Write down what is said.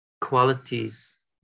qualities